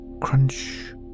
crunch